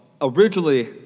originally